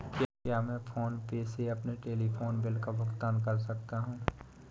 क्या मैं फोन पे से अपने टेलीफोन बिल का भुगतान कर सकता हूँ?